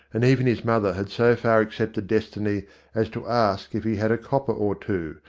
and even his mother had so far accepted destiny as to ask if he had a copper or two,